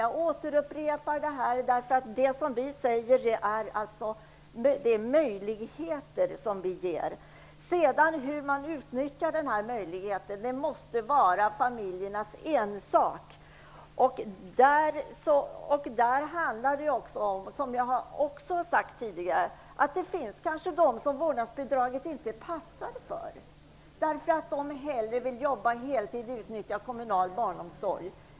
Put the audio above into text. Jag upprepar: Vi ger möjligheten. Hur man sedan utnyttjar den måste vara familjernas ensak. Som jag har sagt tidigare, finns det kanske människor som vårdnadsbidraget inte passar för, eftersom de hellre vill jobba heltid och utnyttja kommunal barnomsorg.